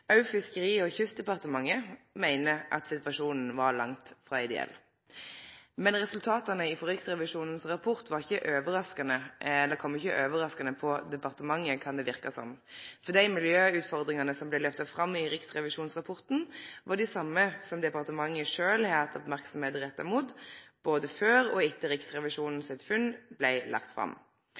situasjonen; Fiskeri- og kystdepartementet meiner òg at situasjonen var langt frå ideell. Men det kan verke som om resultata frå Riksrevisjonens rapport ikkje kom overraskande på departementet, for dei miljøutfordringane som blei løfta fram i Riksrevisjonsrapporten, var dei same som departementet sjølv har retta merksemd mot både før og etter at Riksrevisjonens funn blei lagt fram.